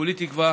כולי תקווה